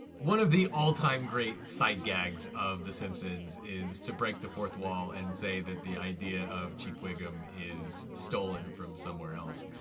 one of the all-time great side gags of the simpsons is to break the fourth wall and say that the idea of chief wiggum is stolen from somewhere else.